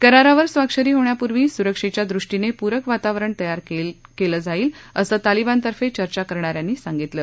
करारावर स्वाक्षरी होण्यापूर्वी सुरक्षेच्या दृष्टीने पुरक वातावरण तयार केलं जाईल असं तालिबानतर्फे चर्चा करणाऱ्यांनी सागितलं